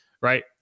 Right